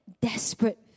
desperate